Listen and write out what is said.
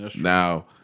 Now